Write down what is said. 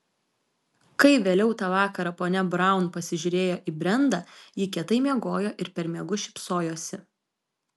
kai vėliau tą vakarą ponia braun pasižiūrėjo į brendą ji kietai miegojo ir per miegus šypsojosi